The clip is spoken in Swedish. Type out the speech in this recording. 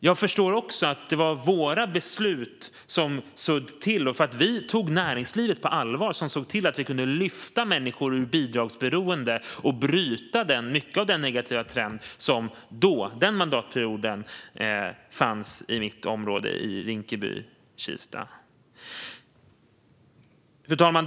Jag förstår att det var våra beslut, där vi tog näringslivet på allvar, som såg till att vi kunde lyfta människor ur bidragsberoende och bryta mycket av den negativa trend som fanns i mitt område i Rinkeby-Kista under den mandatperioden. Fru talman!